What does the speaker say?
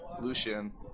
Lucian